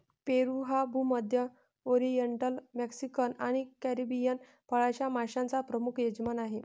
पेरू हा भूमध्य, oriental, Mexican आणि कॅरिबियन फळांच्या माश्यांचा प्रमुख यजमान आहे